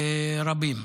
רבים,